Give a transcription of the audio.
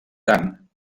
tant